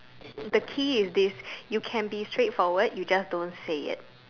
the key is this you can be straight forward you just don't say it